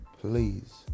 please